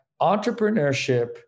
entrepreneurship